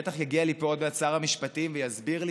בטח יגיע לפה עוד מעט שר המשפטים ויסביר לי